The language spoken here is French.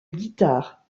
guitare